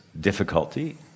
difficulty